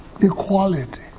equality